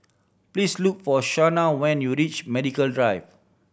please look for Shawnna when you reach Medical Drive